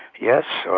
yes,